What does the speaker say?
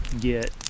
get